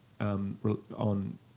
on